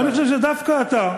ואני חושב שדווקא אתה,